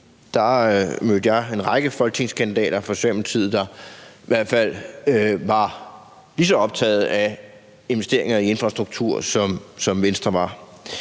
Der mødte jeg en række folketingskandidater for Socialdemokratiet, der er i hvert fald var lige så optaget af investeringer i infrastruktur, som Venstre var.